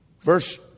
Verse